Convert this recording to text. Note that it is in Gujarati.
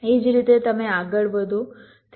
એ જ રીતે તમે આગળ વધો 3